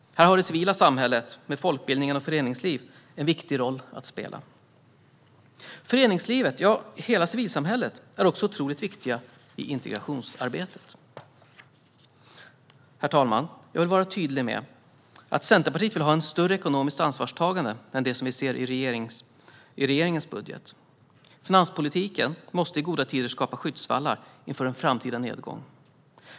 Här har det civila samhället med folkbildningen och föreningslivet en viktig roll att spela. Hela civilsamhället är otroligt viktigt i integrationsarbetet. Herr talman! Jag vill vara tydlig med att Centerpartiet vill ha ett större ekonomiskt ansvarstagande än det som vi ser i regeringens budget. Finanspolitiken måste i goda tider skapa skyddsvallar inför en framtida nedgång.